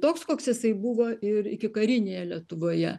toks koks jisai buvo ir ikikarinėje lietuvoje